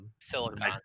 Silicon